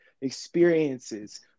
experiences